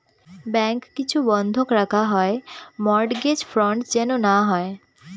bank কিছু বন্ধক রাখা হয় তো মর্টগেজ ফ্রড যেন না হয়